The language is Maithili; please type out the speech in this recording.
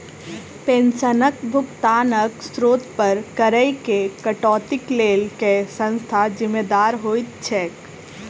पेंशनक भुगतानक स्त्रोत पर करऽ केँ कटौतीक लेल केँ संस्था जिम्मेदार होइत छैक?